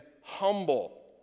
humble